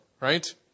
right